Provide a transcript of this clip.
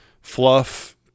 fluff